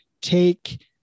take